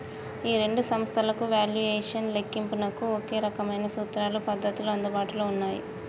ఈ రెండు సంస్థలకు వాల్యుయేషన్ లెక్కింపునకు ఒకే రకమైన సూత్రాలు పద్ధతులు అందుబాటులో ఉన్నాయి